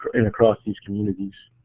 in across these communities.